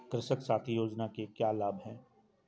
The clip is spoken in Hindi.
कृषक साथी योजना के क्या लाभ हैं?